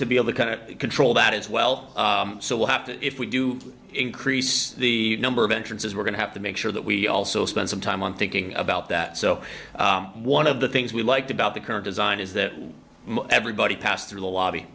to be able to kind of control that as well so we'll have to if we do increase the number of entrances we're going to have to make sure that we also spend some time on thinking about that so one of the things we liked about the current design is that everybody passed through the lobby